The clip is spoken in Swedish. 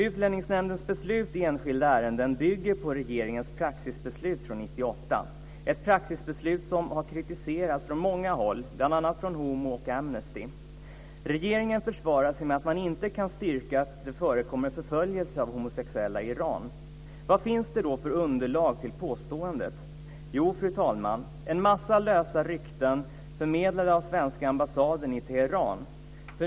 Utlänningsnämndens beslut i enskilda ärenden bygger på regeringens praxisbeslut från 1998, ett praxisbeslut som har kritiserats från många håll, bl.a. från HomO och Amnesty. Regeringen försvarar sig med att man inte kan styrka att det förekommer förföljelse av homosexuella i Iran. Vad finns det då för underlag för påståendet? Jo, fru talman, en massa lösa rykten, förmedlade av svenska ambassaden i Teheran.